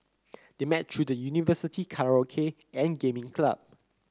they met through the University karaoke and gaming club